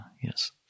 Yes